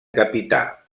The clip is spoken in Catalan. capità